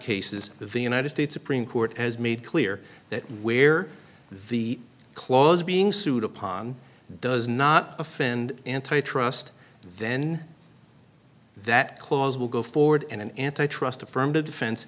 that the united states supreme court has made clear that where the clause being sued upon does not offend antitrust then that clause will go forward and an antitrust affirmative defen